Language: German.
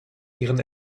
ihren